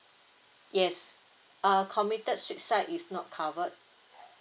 yes err committed suicide is not covered